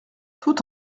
tout